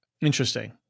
Interesting